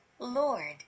Lord